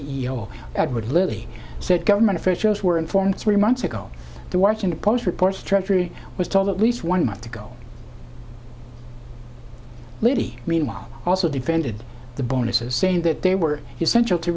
o edward liddy said government officials were informed three months ago the washington post reports treasury was told at least one month ago libby meanwhile also defended the bonuses saying that they were you central to